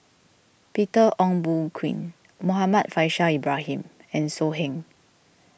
Peter Ong Boon Kwee Muhammad Faishal Ibrahim and So Heng